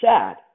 sad